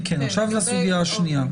כן, עכשיו זו הסוגיה השנייה.